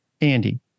Andy